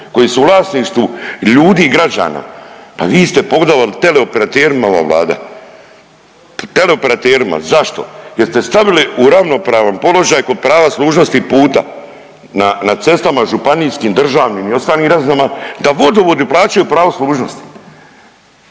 koji su u vlasništvu ljudi i građana, pa vi ste pogodovali teleoperaterima ova Vlada, teleoperaterima, zašto? Jer ste stavili u ravnopravan položaj kod prava služnosti puta na, na cestama županijskim, državnim i ostalim …/Govornik se ne razumije/…da vodovodi plaćaju pravo služnosti.